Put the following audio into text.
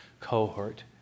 cohort